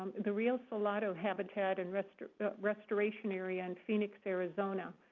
the rio salado habitat and restoration restoration area in phoenix, arizona.